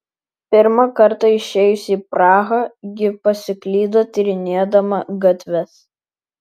pirmą kartą išėjusi į prahą ji pasiklydo tyrinėdama gatves